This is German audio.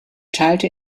teilte